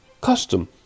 custom